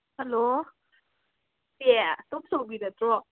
hello ꯑꯦ ꯇꯣꯝꯆꯥꯎꯕꯤ ꯅꯠꯇ꯭ꯔꯣ